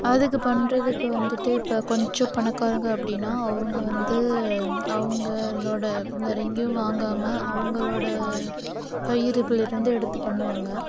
அதுக்கு பண்ணுறதுக்கு வந்துட்டு இப்போ கொஞ்சம் பணக்காரங்க அப்படின்னா அவங்க வந்து அவங்களோட வேறெங்கையும் வாங்காமல் அவங்களோட கையிருப்புலர்ந்து எடுத்து பண்ணுவாங்க